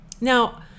Now